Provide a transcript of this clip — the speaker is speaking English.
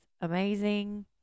amazing